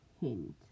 hint